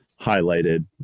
highlighted